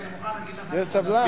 תהיה סבלן.